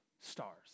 stars